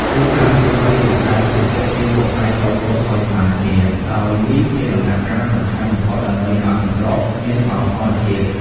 យកដើមឫស្សី ឬផ្តៅទៅចិតជាសរសៃតូចៗឲ្យស្មើគ្នា ដោយនេះជាដំណាក់កាលសំខាន់បំផុតដើម្បីឲ្យកន្ត្រកមានសោភ័ណភាព។